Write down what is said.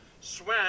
Swam